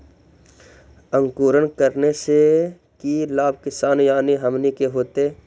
अंकुरण करने से की लाभ किसान यानी हमनि के होतय?